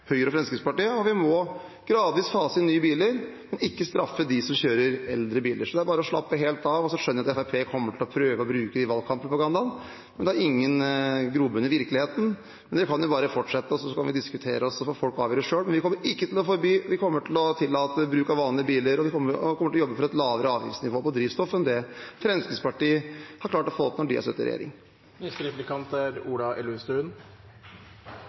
Vi må gradvis fase inn nye biler, men ikke straffe dem som kjører eldre biler. Så det er bare å slappe helt av. Jeg skjønner at Fremskrittspartiet kommer til å prøve å bruke dette i valgkamppropagandaen, men det har ingen grobunn i virkeligheten. De kan bare fortsette, så kan vi diskutere, og så får folk avgjøre selv. Vi kommer ikke til å forby. Vi kommer til å tillate bruk av vanlige biler, og vi kommer til å jobbe for et lavere avgiftsnivå på drivstoff enn det Fremskrittspartiet har klart å få til når de har sittet i regjering. Nå kunne det vært fristende å stille et klimaspørsmål, men jeg skal ikke gjøre det. Her i Oslo sentrum er